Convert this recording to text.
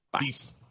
Peace